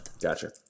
Gotcha